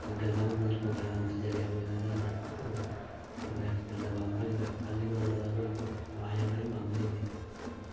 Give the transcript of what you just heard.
कमरे द'ऊं तिन कमरें दे अदंर चली जा कोई तां नुहाड़ा नैट्ट चलना बंद होई जंदा कालिंग औने दी कोई ओह् अवाज औना बी बंद होई जंदी